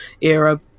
era